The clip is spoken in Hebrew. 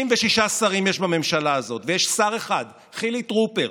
36 שרים יש בממשלה הזאת ויש שר אחד, חילי טרופר,